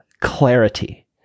clarity